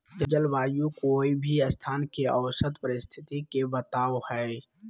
जलवायु कोय भी स्थान के औसत परिस्थिति के बताव हई